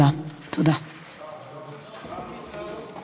תודה רבה לשר ליצמן, שר הבריאות.